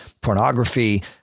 pornography